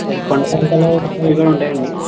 అదే కొండ ప్రాంతంలాంటివి కూడా ఉంటాయా అండి